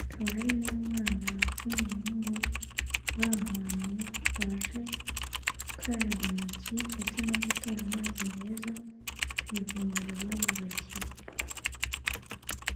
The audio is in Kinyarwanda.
hakaba hari n'umwana w'umuhungu uri ahantu, waje gukaraba intoki ndetse no gutora amazi meza ku ivomero babubakiye.